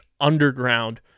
underground